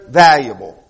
valuable